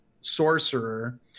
sorcerer